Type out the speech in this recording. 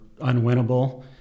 unwinnable